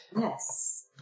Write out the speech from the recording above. Yes